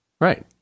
right